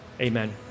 Amen